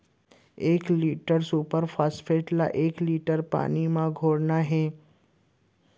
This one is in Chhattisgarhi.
एक लीटर सुपर फास्फेट ला कए लीटर पानी मा घोरना हे?